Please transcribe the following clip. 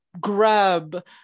grab